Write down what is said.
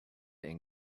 and